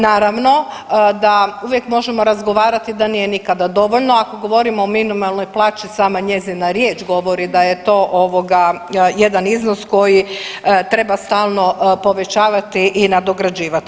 Naravno da uvijek možemo razgovarati da nije nikada dovoljno ako govorimo o minimalnoj plaći, sama njezina riječ govori da je to ovoga jedan iznos koji treba stalno povećavati i nadograđivati.